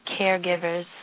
caregivers